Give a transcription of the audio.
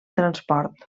transport